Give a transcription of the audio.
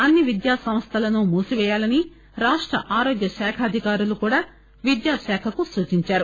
అన్ని విద్యా సంస్థలను మూసిపేయాలని రాష్ట ఆరోగ్యశాఖ అధికారులు కూడా విద్యాశాఖకు సూచించారు